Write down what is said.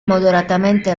moderatamente